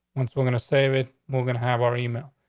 once we're gonna save it, we're gonna have our email.